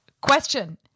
question